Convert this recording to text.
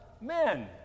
men